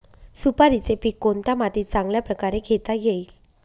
सुपारीचे पीक कोणत्या मातीत चांगल्या प्रकारे घेता येईल?